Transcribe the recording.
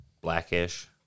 Blackish